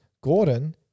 Gordon